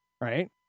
right